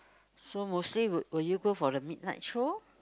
so mostly will will you go for the midnight show